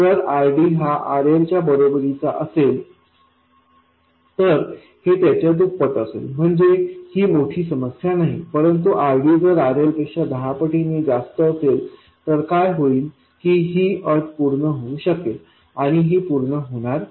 जर RD हा RLच्या बरोबरी चा असेल तर हे त्याच्या दुप्पट असेल म्हणजे ही मोठी समस्या नाही परंतु RDजर RLपेक्षा दहा पटीने जास्त असेल तर काय होईल की ही अट पूर्ण होऊ शकेल आणि ही पूर्ण होणार नाही